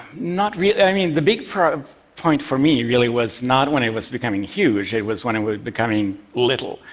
not really. i mean, the big um point for me, really, was not when it was becoming huge, it was when it was becoming little.